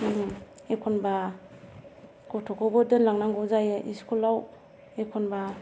एखनबा गथ'खौबो दोनलांनांगौ जायो स्कुलाव एखनबा